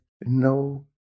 no